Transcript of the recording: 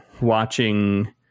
watching